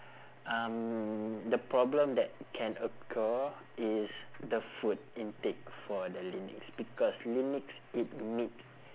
um the problem that can occur is the food intake for the lynx because lynx eat meat